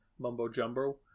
mumbo-jumbo